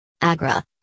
Agra